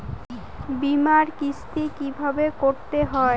বিমার কিস্তি কিভাবে করতে হয়?